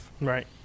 Right